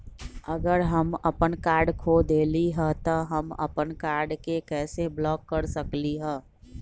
अगर हम अपन कार्ड खो देली ह त हम अपन कार्ड के कैसे ब्लॉक कर सकली ह?